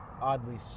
oddly